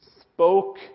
spoke